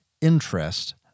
interest